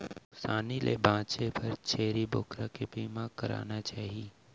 नुकसानी ले बांचे बर छेरी बोकरा के बीमा कराना चाही